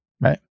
Right